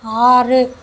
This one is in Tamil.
ஆறு